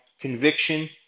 conviction